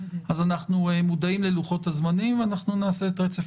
אנחנו מודעים ללוחות הזמנים ואנחנו נעשה את רצף